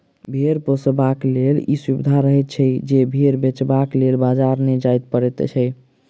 भेंड़ पोसयबलाक लेल ई सुविधा रहैत छै जे भेंड़ बेचबाक लेल बाजार नै जाय पड़ैत छै